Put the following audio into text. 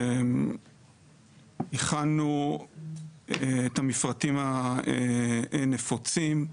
הכנו את המפרטים הנפוצים.